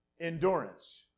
endurance